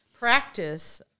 practice